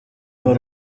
w’u